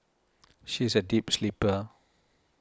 she is a deep sleeper